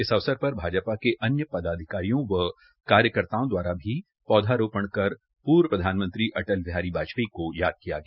इस अवसर पर भाजपा के अन्य पदाधिकारियों व कार्यकर्ताओं द्वारा भी पौधारोपण कर पूर्व प्रधानमंत्री अटल बिहारी वाजपेयी को याद किया गया